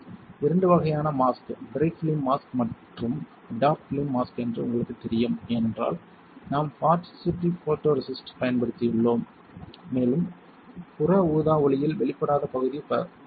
இரண்டு வகையான mask bright film mask மற்றும் டார்க் ஃபிலிம் மாஸ்க் என்று உங்களுக்குத் தெரியும் ஏனென்றால் நாம் பாசிட்டிவ் போட்டோரெசிஸ்ட்டைப் பயன்படுத்தியுள்ளோம் மேலும் புற ஊதா ஒளியில் வெளிப்படாத பகுதி வலுவாக இருக்கும்